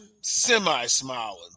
semi-smiling